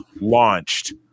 launched